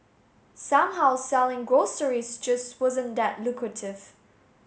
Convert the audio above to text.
somehow selling groceries just wasn't that lucrative